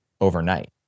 overnight